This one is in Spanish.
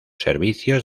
servicios